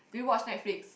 do you watch Netflix